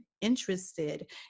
interested